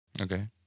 Okay